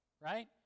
right